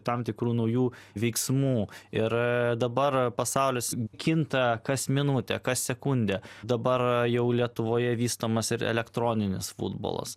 tam tikrų naujų veiksmų ir dabar pasaulis kinta kas minutę kas sekundę dabar jau lietuvoje vystomas ir elektroninis futbolas